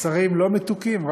השרים לא מתוקים?